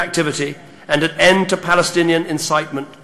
וכל מפלגה כאן מגיעה ממקום אחר,